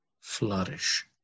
flourish